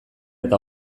eta